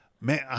man